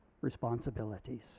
responsibilities